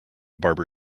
barber